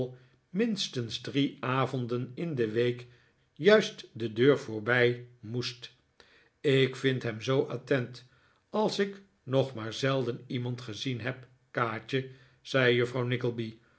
minstens drie avonden in de week juist de deur voorbij moest ik vind hem zoo attent als ik nog maar zelden iemand gezi n heb kaatje zei juffrouw